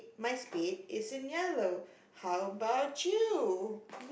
my spade is in yellow how about you